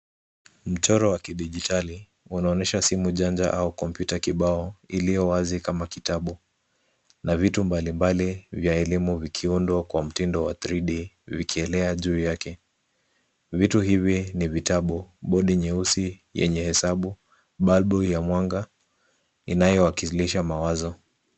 Mchoro wa kidijitali unaonyesha simu janja au kompyuta kibao iliyo wazi kama kitabu na vitu mbalimbali vya elimu vikiundwa kwa mtindo wa 3D vikielea juu yake. Vitu hivi ni vitabu, bodi nyeusi yenye hesabu, balbu ya mwanga inayowakilisha mawazo.